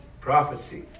Prophecy